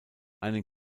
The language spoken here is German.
einen